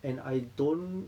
and I don't